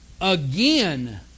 again